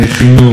פיקוח,